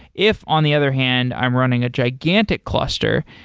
if on the other hand i'm running a gigantic cluster,